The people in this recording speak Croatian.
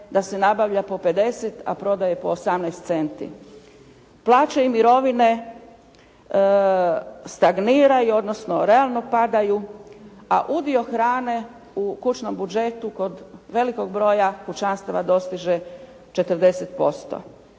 da se nabavlja po 50, a prodaje po 18 centi. Plaće i mirovine stagniraju, odnosno realno padaju, a udio hrane u kućnom budžetu kod velikog broja kućanstava dostiže 40%.